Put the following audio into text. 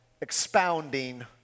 expounding